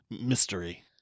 Mystery